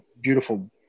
beautiful